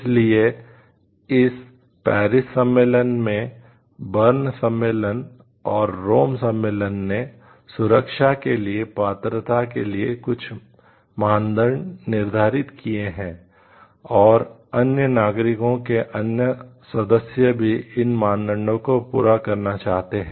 इसलिए इस पेरिस सम्मेलन ने सुरक्षा के लिए पात्रता के लिए कुछ मानदंड निर्धारित किए हैं और अन्य नागरिकों के अन्य सदस्य भी इन मानदंडों को पूरा करना चाहते हैं